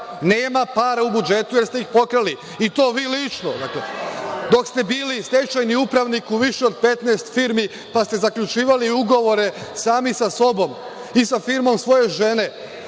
Nema para u budžetu jer ste ih pokrali, i to vi lično, dok ste bili stečajni upravnik u više od 15 firmi pa ste zaključivali ugovore sami sa sobom i sa firmom svoje žene.